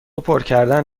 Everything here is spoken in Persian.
پرکردن